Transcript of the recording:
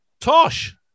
Tosh